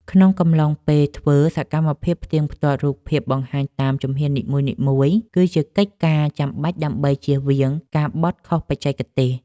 ក្នុងកំឡុងពេលធ្វើ សកម្មភាពផ្ទៀងផ្ទាត់រូបភាពបង្ហាញតាមជំហាននីមួយៗ គឺជាកិច្ចការចាំបាច់ដើម្បីចៀសវាងការបត់ខុសបច្ចេកទេស។